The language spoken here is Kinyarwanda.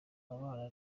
abafana